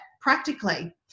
practically